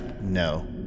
no